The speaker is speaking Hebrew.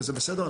וזה בסדר,